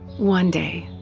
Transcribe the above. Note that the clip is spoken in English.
one day,